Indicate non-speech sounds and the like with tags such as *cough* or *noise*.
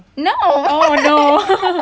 no *laughs*